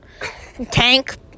tank